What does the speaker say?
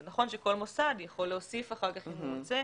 זה נכון שכל מוסד יכול להוסיף אחר כך אם הוא רוצה,